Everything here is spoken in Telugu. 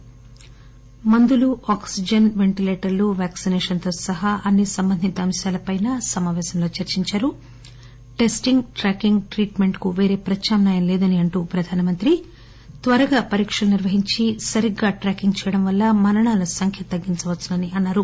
ఔషధాలు ఆక్సిజన్ పెంటిలేటర్లు వ్యాక్సిసేషన్తో సహా అన్ని సంబంధిత అంశాలపై సమావేశంలో చర్చించారు టెస్టింగ్ ట్రాకింగ్ ట్రీట్మెంట్కు పేరే ప్రత్యామ్నాయం లేదని అంటూ ప్రధానమంత్రి త్వరగా పరీక్షలు నిర్వహించి సరిగ్గా ట్రాకింగ్ చెయ్యడం వల్ల మరణాల సంఖ్య తగ్గించవచ్చని అన్నారు